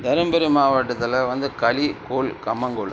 தர்மபுரி மாவட்டத்தில் வந்து களி கூழ் கம்மங்கூழ்